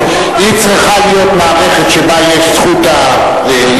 צריכה להיות מערכת שבה יש זכות התארגנות,